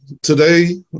today